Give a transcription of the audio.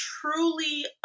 truly